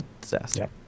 disaster